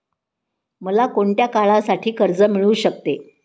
मला कोणत्या काळासाठी कर्ज मिळू शकते?